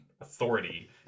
authority